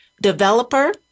developer